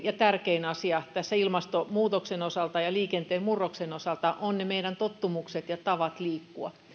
ja tärkein asia ilmastonmuutoksen osalta ja liikenteen murroksen osalta ovat ne meidän tottumuksemme ja tapamme liikkua